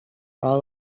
all